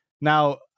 Now